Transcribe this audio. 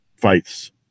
fights